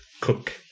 cook